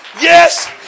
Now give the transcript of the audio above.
yes